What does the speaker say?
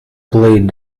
played